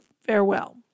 Farewell